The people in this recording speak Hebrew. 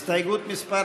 הסתייגות מס'